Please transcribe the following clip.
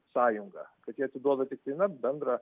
sąjungą kad jie atiduoda tiktai na bendrą